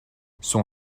son